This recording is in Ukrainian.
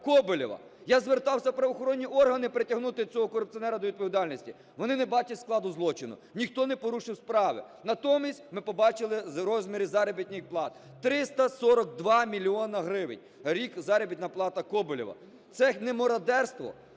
Я звертався в правоохоронні органи притягнути цього корупціонера до відповідальності. Вони не бачать складу злочину, ніхто не порушив справи. Натомість ми побачили розміри заробітних плат – 342 мільйони гривень в рік заробітна плата Коболєва. Це не мародерство?